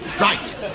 Right